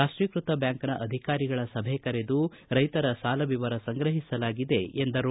ರಾಷ್ಟೀಕೃತ ಬ್ಯಾಂಕ್ನ ಅಧಿಕಾರಿಗಳ ಸಭೆ ಕರೆದು ರೈತರ ಸಾಲ ವಿವರ ಸಂಗ್ರಹಿಸಲಾಗಿದೆ ಎಂದರು